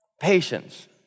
Patience